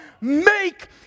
make